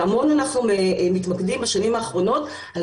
המון אנחנו מתמקדים בשנים האחרונות על